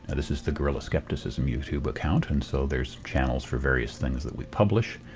this is the guerrilla skepticism youtube account and so there's channels for various things that we publish,